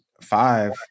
five